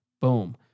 Boom